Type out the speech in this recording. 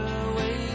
away